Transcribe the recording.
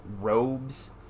robes